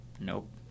nope